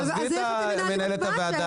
תעזבי את מנהלת הוועדה,